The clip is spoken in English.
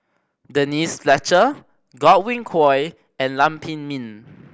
Denise Fletcher Godwin Koay and Lam Pin Min